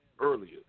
earlier